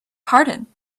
pardon